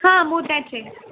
हां मोत्याचे